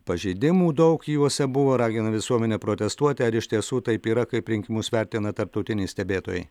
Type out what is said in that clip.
pažeidimų daug juose buvo ragina visuomenę protestuoti ar iš tiesų taip yra kaip rinkimus vertina tarptautiniai stebėtojai